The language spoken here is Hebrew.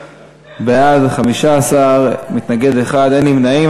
בעד, 15, מתנגד אחד, אין נמנעים.